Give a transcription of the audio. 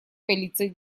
полиции